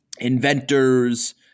inventors